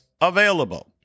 available